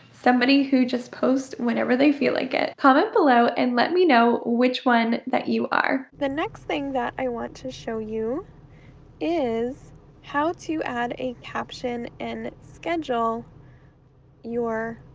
somebody who just posts whenever they feel like it. comment below and let me know which one that you are. the next thing that i want to show you is how to add a caption and schedule your